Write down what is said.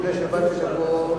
לפני שבאתי לפה,